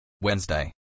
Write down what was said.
Wednesday